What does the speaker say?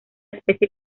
especie